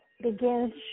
begins